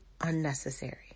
unnecessary